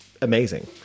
amazing